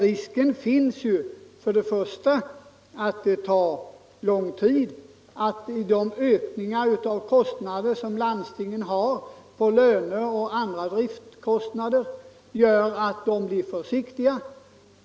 Risken finns emellertid att det kommer att ta lång tid och att de kostnadsökningar som landstingen får för löner och andra driftkostnader gör att landstingen blir försiktiga.